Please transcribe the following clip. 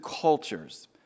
cultures